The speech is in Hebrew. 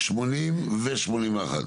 80 ו-81.